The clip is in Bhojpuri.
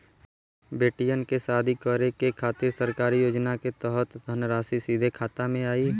बेटियन के शादी करे के खातिर सरकारी योजना के तहत धनराशि सीधे खाता मे आई?